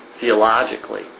theologically